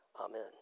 Amen